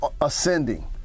ascending